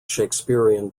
shakespearean